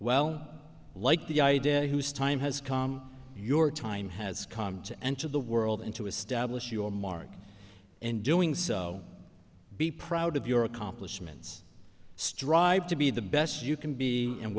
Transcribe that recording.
well like the idea whose time has come your time has come to enter the world and to establish your mark and doing so be proud of your accomplishments strive to be the best you can be